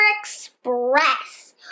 Express